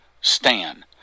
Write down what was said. STAN